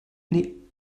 nee